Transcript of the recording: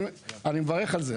אני מברך על זה,